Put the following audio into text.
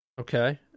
Okay